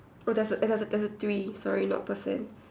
oh that's a that's a that's three sorry not percent